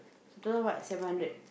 so total how much seven hundred